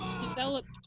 developed